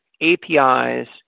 APIs